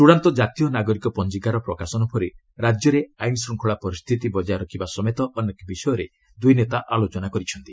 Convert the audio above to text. ଚୂଡ଼ାନ୍ତ ଜାତୀୟ ନାଗରିକ ପଞ୍ଜିକାର ପ୍ରକାଶନ ପରେ ରାଜ୍ୟରେ ଆଇନ ଶୃଙ୍ଖଳା ପରିସ୍ଥିତି ବଜାୟ ରଖିବା ସମେତ ଅନେକ ବିଷୟରେ ଦୂଇ ନେତା ଆଲୋଚନା କରିଛନ୍ତି